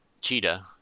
Cheetah